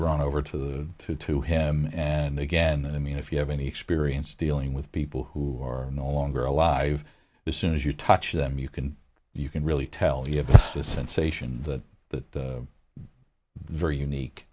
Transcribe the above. iran over to the to him and again i mean if you have any experience dealing with people who are no longer alive the soon as you touch them you can you can really tell you have the sensation that that very unique